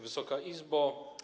Wysoka Izbo!